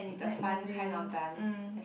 like moving mm